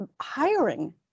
hiring